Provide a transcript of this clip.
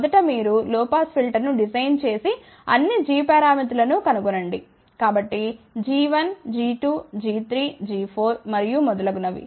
మొదట మీరు low pass ఫిల్టర్ను డిజైన్ చేసి అన్ని g పారామితులను కనుగొనండి కాబట్టి g1g2g3g4 మరియు మొదలైనవి